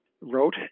wrote